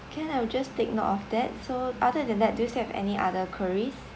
can I will just take note of that so other than that do you still have any other queries